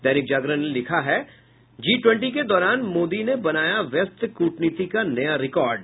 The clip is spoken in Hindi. दैनिक जागरण ने लिखा है जी ट्वेंटी के दौरान मोदी ने बनाया व्यस्त कुटनीति का नया रिकॉर्ड